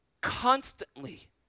Constantly